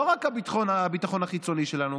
לא רק הביטחון החיצוני שלנו,